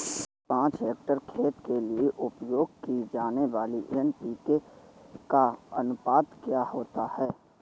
पाँच हेक्टेयर खेत के लिए उपयोग की जाने वाली एन.पी.के का अनुपात क्या होता है?